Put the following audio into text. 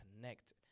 connect